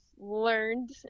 Learned